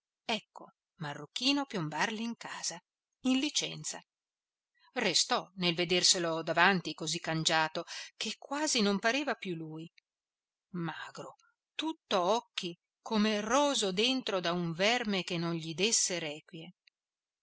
ecco marruchino piombarle in casa in licenza restò nel vederselo davanti così cangiato che quasi non pareva più lui magro tutto occhi come roso dentro da un verme che